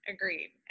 agreed